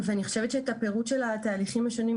אני חושבת שאת הפירוט של התהליכים השונים,